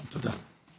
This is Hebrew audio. תודה.